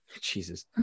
Jesus